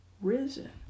risen